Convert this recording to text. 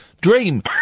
dream